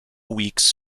weeks